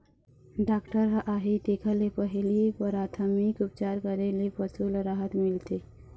doctor ह आही तेखर ले पहिली पराथमिक उपचार करे ले पशु ल राहत मिलथे